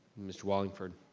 mr. wallingford?